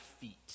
feet